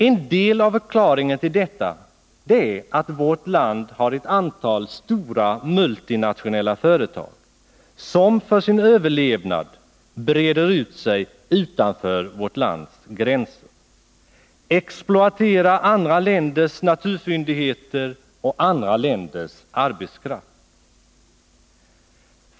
En del av förklaringen till detta är att vårt land har ett antal stora multinationella företag som för sin överlevnad breder ut sig utanför vårt lands gränser, exploaterar andra länders naturfyndigheter och andra länders arbetskraft.